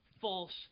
false